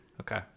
Okay